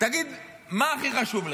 תגיד מה הכי חשוב לך,